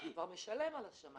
הרי הוא כבר משלם על השמאי.